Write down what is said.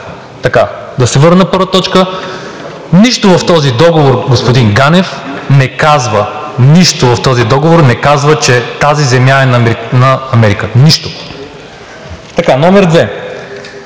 Да се върна на първата точка – нищо в този договор, господин Ганев, не казва, нищо в този договор не казва, че тази земя е на Америка. Нищо! Второ,